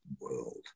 world